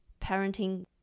parenting